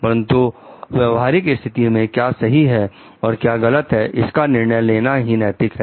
परंतु व्यवहारिक स्थिति में क्या सही है और क्या गलत है इसका निर्णय लेना ही नैतिक है